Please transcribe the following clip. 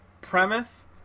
premise